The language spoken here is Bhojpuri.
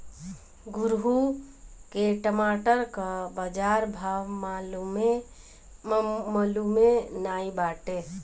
घुरहु के टमाटर कअ बजार भाव मलूमे नाइ बाटे